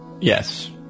Yes